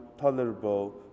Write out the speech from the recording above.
tolerable